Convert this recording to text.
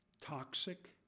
Toxic